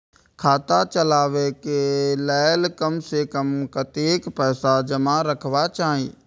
खाता चलावै कै लैल कम से कम कतेक पैसा जमा रखवा चाहि